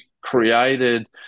created